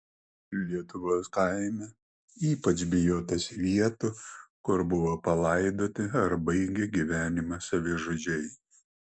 lietuvos kaime ypač bijotasi vietų kur buvo palaidoti ar baigė gyvenimą savižudžiai